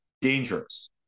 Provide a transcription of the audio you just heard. Dangerous